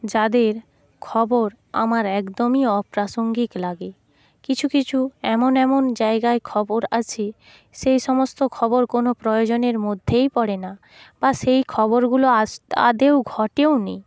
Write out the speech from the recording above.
যাদের খবর আমার একদমই অপ্রাসঙ্গিক লাগে কিছু কিছু এমন এমন জায়গায় খবর আছে সেই সমস্ত খবর কোনো প্রয়োজনের মধ্যেই পড়ে না বা সেই খবরগুলো আস্ত আদেও ঘটেও নি